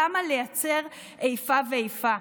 למה לייצר איפה ואיפה?